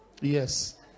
Yes